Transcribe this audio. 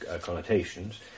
connotations